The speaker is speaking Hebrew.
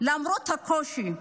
למרות הקושי,